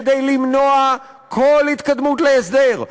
כדי למנוע כל התקדמות להסדר.